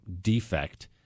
defect